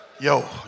Yo